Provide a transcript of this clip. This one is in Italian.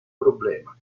problema